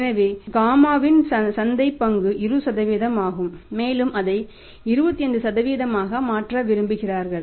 எனவே காமாவின் சந்தைப் பங்கு 20 ஆகும் மேலும் அதை 25 ஆக மாற்ற விரும்புகிறார்கள்